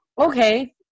okay